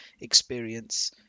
experience